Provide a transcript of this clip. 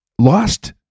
lost